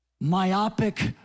myopic